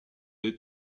les